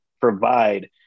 provide